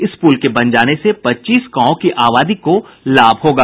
इस पुल के बन जाने से पच्चीस गांवों की आबादी को लाभ होगा